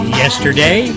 yesterday